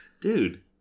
dude